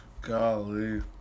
Golly